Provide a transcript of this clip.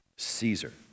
Caesar